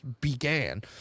began